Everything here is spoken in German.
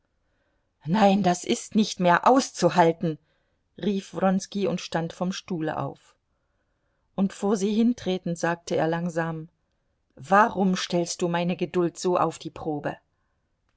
nein das ist nicht mehr auszuhalten rief wronski und stand vom stuhle auf und vor sie hintretend sagte er langsam warum stellst du meine geduld so auf die probe